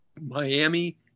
Miami